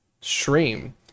stream